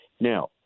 Now